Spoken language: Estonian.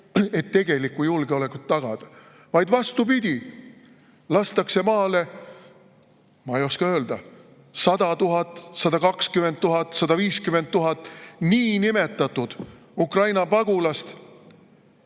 et tegelikku julgeolekut tagada. Vastupidi, lastakse maale, ma ei oska öelda, 100 000, 120 000, 150 000 niinimetatud Ukraina pagulast,